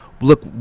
look